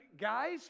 guys